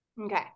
Okay